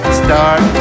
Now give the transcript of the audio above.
start